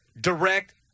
direct